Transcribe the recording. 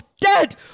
dead